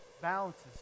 balances